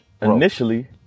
initially